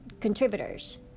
contributors